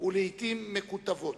ולעתים מקוטבות.